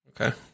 Okay